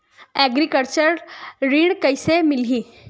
Agriculture ऋण कइसे मिलही?